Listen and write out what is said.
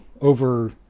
over